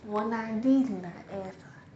我拿 D 你拿 F ah